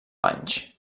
anys